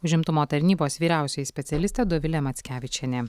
užimtumo tarnybos vyriausioji specialistė dovilė mackevičienė